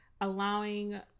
allowing